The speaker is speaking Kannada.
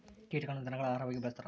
ಕೀಟಗಳನ್ನ ಧನಗುಳ ಆಹಾರವಾಗಿ ಬಳಸ್ತಾರ